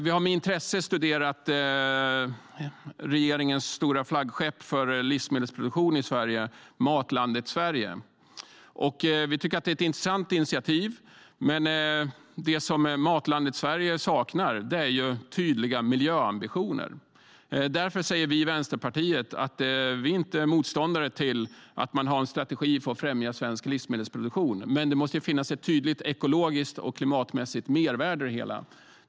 Vi har med intresse studerat regeringens stora flaggskepp för livsmedelsproduktion i Sverige, Matlandet Sverige. Vi tycker att det är ett intressant initiativ, men det Matlandet Sverige saknar är tydliga miljöambitioner. Därför säger vi i Vänsterpartiet att vi inte är motståndare till att man har en strategi för att främja svensk livsmedelsproduktion, men det måste finnas ett tydligt ekologiskt och klimatmässigt mervärde i det hela.